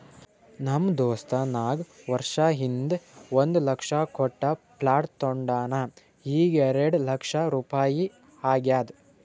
ನಮ್ ದೋಸ್ತ ನಾಕ್ ವರ್ಷ ಹಿಂದ್ ಒಂದ್ ಲಕ್ಷ ಕೊಟ್ಟ ಪ್ಲಾಟ್ ತೊಂಡಾನ ಈಗ್ಎರೆಡ್ ಲಕ್ಷ ರುಪಾಯಿ ಆಗ್ಯಾದ್